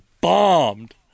bombed